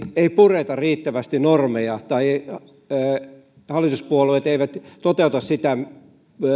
ei pureta riittävästi normeja tai hallituspuolueet eivät toteuta sitä